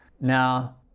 Now